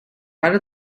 better